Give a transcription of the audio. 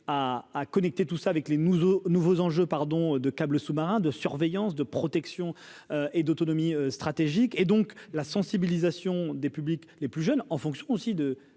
à connecter tout ça avec les nous aux nouveaux enjeux, pardon de câble sous-marin de surveillance de protection et d'autonomie stratégique, et donc la sensibilisation des publics les plus jeunes, en fonction aussi de